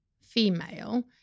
female